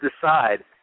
decide